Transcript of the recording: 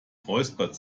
räuspert